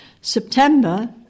September